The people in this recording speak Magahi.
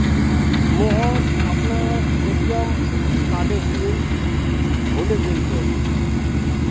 मोहन अपनार ए.टी.एम कार्डेर पिन भूले गेलछेक